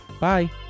bye